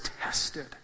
tested